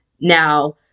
Now